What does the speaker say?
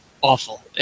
awful